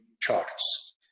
charts